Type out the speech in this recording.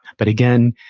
but again,